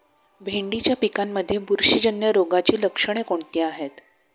भेंडीच्या पिकांमध्ये बुरशीजन्य रोगाची लक्षणे कोणती आहेत?